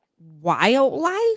wildlife